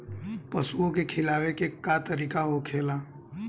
पशुओं के खिलावे के का तरीका होखेला?